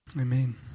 amen